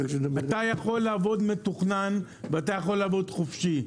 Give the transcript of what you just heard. אתה יכול לעבוד מתוכנן ואתה יכול לעבוד חופשי.